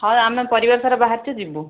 ହଁ ଆମେ ପରିବାରସାରା ବାହାରିଛୁ ଯିବୁ